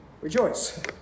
Rejoice